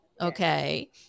Okay